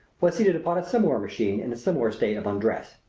was seated upon a similar machine in a similar state of undress.